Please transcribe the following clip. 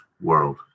world